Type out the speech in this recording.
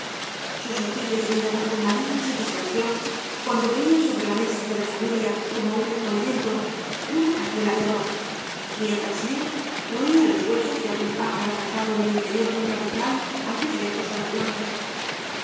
sus ojillos brillaban con maligna satisfacción cuando veía sobre la mesa de la familia como úaico alimento una cazuela de arroz mientras él roía los huesos de algún pájaro cazado en el interior de un carrizal al ver lejos á los guardas